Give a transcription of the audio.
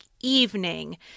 evening